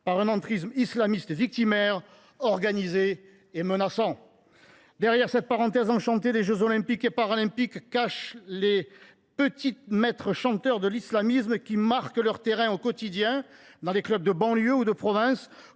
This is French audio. par un entrisme islamiste victimaire, organisé et menaçant. La parenthèse enchantée des jeux Olympiques et Paralympiques cache les petits maîtres chanteurs de l’islamisme, qui marquent leur terrain au quotidien dans les clubs de banlieue ou de province.